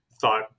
thought